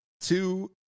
two